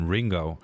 Ringo